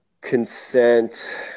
consent